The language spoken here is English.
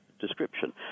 description